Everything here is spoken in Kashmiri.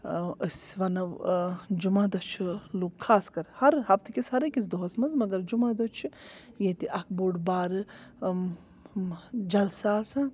أسۍ وَنو جُمعہ دۄہ چھِ لُکھ خاص کَر ہر ہفتہٕ کِس ہر أکِس دۄہَس منٛز مگر جُمعہ دۄہ چھِ ییٚتہِ اَکھ بوٚڈ بارٕ جَلسہِ آسان